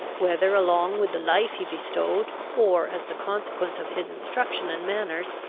whether along with the life he bestowed, or as the consequence of his instruction and manners,